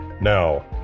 now